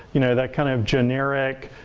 you know, that kind of generic